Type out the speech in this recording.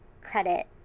credit